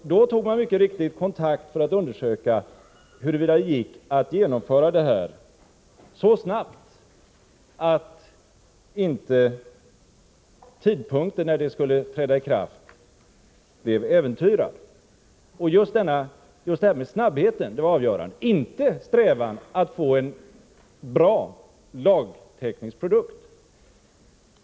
Då tog man mycket riktigt kontakt med lagrådet för att undersöka huruvida det gick att genomföra en granskning så snart att inte tidpunkten för lagens ikraftträdande blev äventyrad. Just det här med snabbheten var avgörande — inte strävan att få en lagtekniskt bra produkt.